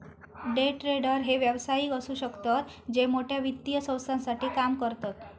day trader हे व्यावसायिक असु शकतत जे मोठ्या वित्तीय संस्थांसाठी काम करतत